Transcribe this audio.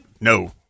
No